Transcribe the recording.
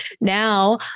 Now